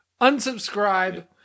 unsubscribe